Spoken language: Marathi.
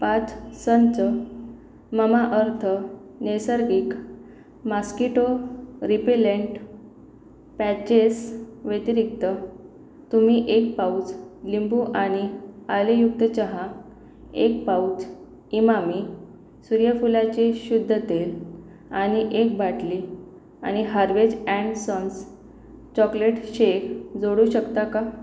पाच संच ममाअर्थ नैसर्गिक मास्किटो रिपेलेंट पॅचेसव्यतिरिक्त तुम्ही एक पाऊच लिंबू आणि आलेयुक्त चहा एक पाऊच इमामी सूर्यफुलाचे शुद्ध तेल आणि एक बाटली आणि Harvey's and sons chocolate shake जोडू शकता का